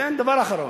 דבר אחרון.